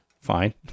Fine